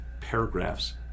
paragraphs